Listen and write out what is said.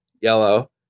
yellow